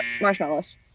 marshmallows